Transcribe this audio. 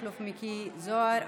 מכלוף מיקי זוהר,